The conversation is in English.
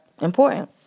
important